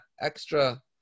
extra